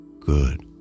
Good